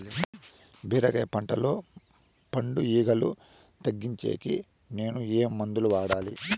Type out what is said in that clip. బీరకాయ పంటల్లో పండు ఈగలు తగ్గించేకి నేను ఏమి మందులు వాడాలా?